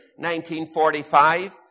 1945